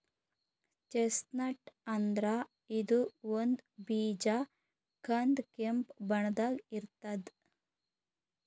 chestnut ಅಂದ್ರ ಇದು ಒಂದ್ ಬೀಜ ಕಂದ್ ಕೆಂಪ್ ಬಣ್ಣದಾಗ್ ಇರ್ತದ್